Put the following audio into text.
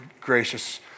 gracious